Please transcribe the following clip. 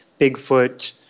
Bigfoot